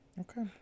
Okay